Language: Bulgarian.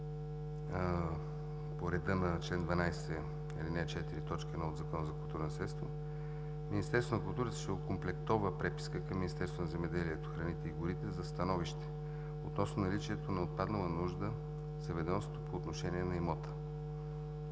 по реда на чл. 12, ал. 4, т. 1 от Закона за културното наследство, Министерството на културата ще окомплектова преписка към Министерство на земеделието, храните и горите за становище относно наличието на отпаднала нужда за ведомството по отношение на имота,